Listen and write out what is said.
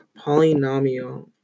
polynomial